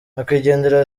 nyakwigendera